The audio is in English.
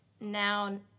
now